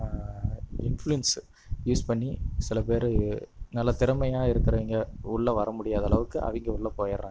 influence use பண்ணி சில பேர் நல்லா திறமையாக இருக்குறவங்க உள்ள வர முடியாத அளவுக்கு அவங்க உள்ள போயிடுறாங்க